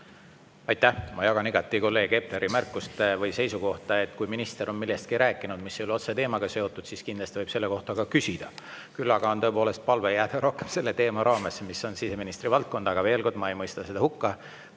Aitäh! Ma jagan igati kolleeg Epleri märkust või seisukohta, et kui minister on rääkinud millestki, mis ei ole otse teemaga seotud, siis võib selle kohta kindlasti ka küsida. Küll aga on tõepoolest palve jääda rohkem selle raamesse, mis on siseministri valdkond. Aga veel kord: ma ei mõista seda hukka.